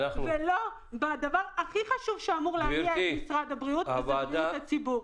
ולא בדבר הכי חשוב שאמור להניע את משרד הבריאות וזה בריאות הציבור.